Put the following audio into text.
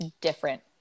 different